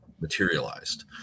materialized